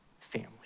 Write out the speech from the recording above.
family